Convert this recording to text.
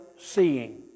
seeing